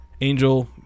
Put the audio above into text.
Angel